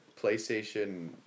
PlayStation